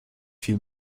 fiel